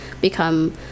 become